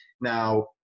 Now